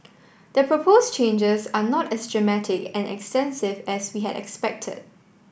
the propose changes are not as dramatic and extensive as we had expected